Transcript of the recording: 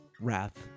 wrath